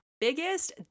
Biggest